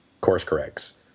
course-corrects